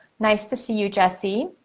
nice to see you, jessie.